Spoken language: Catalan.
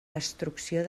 destrucció